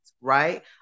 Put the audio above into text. right